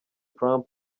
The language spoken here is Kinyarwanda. trump